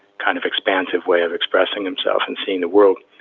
kind of expansive way of expressing himself and seeing the world.